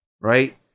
right